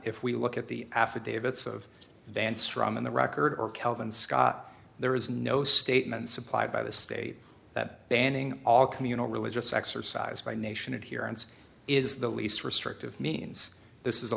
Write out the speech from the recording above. if we look at the affidavits of dan strum and the record or calvin scott there is no statement supplied by the state that banning all communal religious exercise by nation adherence is the least restrictive means this is a